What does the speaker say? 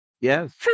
Yes